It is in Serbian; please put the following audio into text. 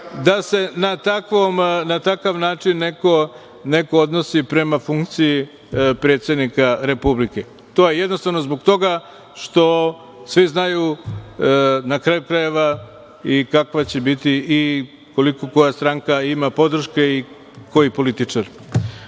da se na takav način neko odnosi prema funkciji predsednika Republike. To je jednostavno zbog toga što svi znaju, na kraju krajeva, i kakva će biti i koja stranka ima podrške i koji političar. Neću